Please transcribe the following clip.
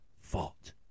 fault